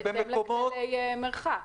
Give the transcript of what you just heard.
בהתאם לכללי שמירת המרחק.